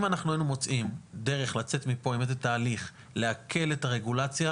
אם אנחנו היינו מוצאים דרך לצאת מפה עם איזה תהליך להקל את הרגולציה,